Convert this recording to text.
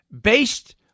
based